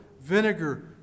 vinegar